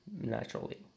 naturally